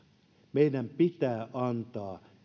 meidän pitää antaa